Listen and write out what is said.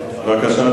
ברכה.